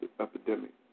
epidemic